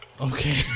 Okay